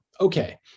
okay